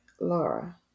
Laura